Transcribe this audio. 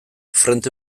frente